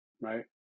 right